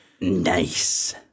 Nice